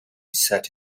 set